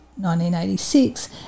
1986